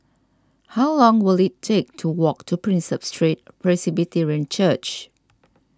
how long will it take to walk to Prinsep Street Presbyterian Church